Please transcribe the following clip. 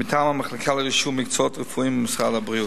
מטעם המחלקה לרישוי מקצועות רפואיים במשרד הבריאות.